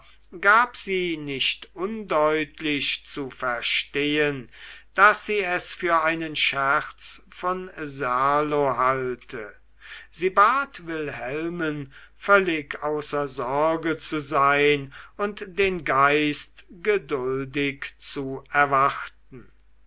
gab sie nicht undeutlich zu verstehen daß sie es für einen scherz von serlo halte sie bat wilhelmen völlig außer sorge zu sein und den geist geduldig zu erwarten